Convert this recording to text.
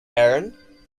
aaron